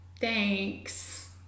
thanks